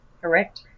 Correct